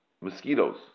mosquitoes